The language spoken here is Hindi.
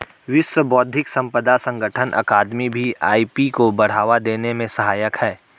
विश्व बौद्धिक संपदा संगठन अकादमी भी आई.पी को बढ़ावा देने में सहायक है